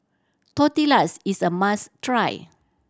tortillas is a must try